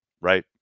right